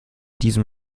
diesem